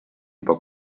juba